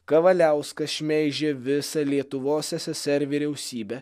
kavaliauskas šmeižia visą lietuvos ssr vyriausybę